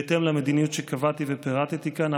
בהתאם למדיניות שקבעתי ופירטתי כאן,